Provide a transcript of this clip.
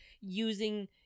using